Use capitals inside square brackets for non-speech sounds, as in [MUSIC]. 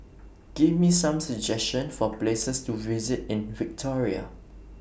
Give Me Some suggestion For Places to visit in Victoria [NOISE]